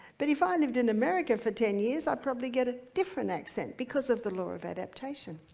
but if i lived in america for ten years i'd probably get a different accent because of the law of adaptation.